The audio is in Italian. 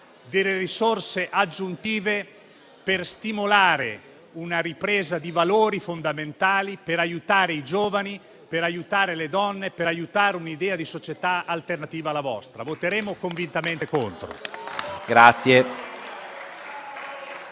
di risorse aggiuntive per stimolare una ripresa di valori fondamentali per aiutare i giovani, per aiutare le donne e per aiutare un'idea di società alternativa alla vostra. Voteremo convintamente contro.